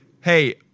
hey